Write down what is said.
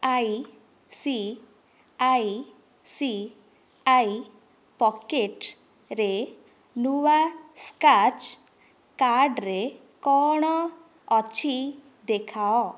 ICICI ପକେଟରେ ନୂଆ scratch କାର୍ଡରେ କ'ଣ ଅଛି ଦେଖାଅ